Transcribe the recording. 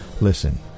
Listen